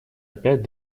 опять